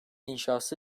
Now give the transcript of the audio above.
inşası